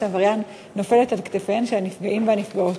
העבריין נופלת על כתפיהם של הנפגעים והנפגעות.